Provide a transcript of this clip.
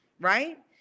right